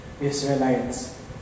Israelites